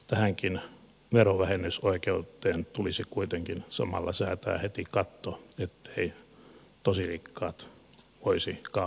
tähänkin verovähennysoikeuteen tulisi kuitenkin samalla säätää heti katto etteivät tosi rikkaat voisi kaapata kansanvaltaa